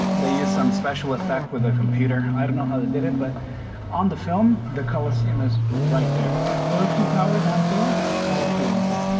they use some special effect with a computer i don't know how they did it but on the film the colosseum is right there those two towers aren't there the colosseum is there